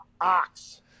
Ox